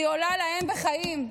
והיא עולה להם בחיים.